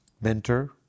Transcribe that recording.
mentor